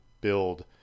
build